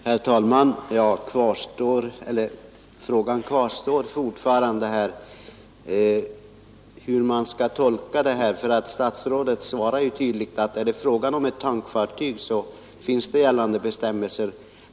Herr talman! Fortfarande kvarstår frågan hur man skall tolka detta. Statsrådet svarar att är det fråga om ett tankfartyg så finns det gällande bestämmelser.